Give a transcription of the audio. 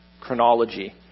chronology